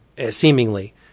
Seemingly